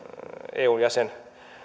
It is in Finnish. eun jäsen